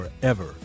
forever